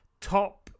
top